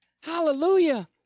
Hallelujah